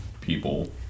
people